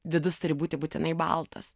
vidus turi būti būtinai baltas